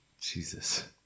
Jesus